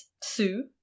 sue